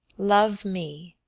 love me,